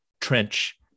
trench